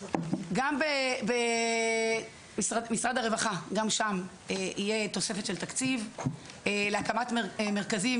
גם במשרד הרווחה תהיה תוספת של תקציב להקמת מרכזים